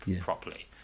properly